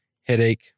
headache